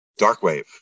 Darkwave